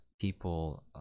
people